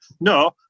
no